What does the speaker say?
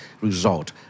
result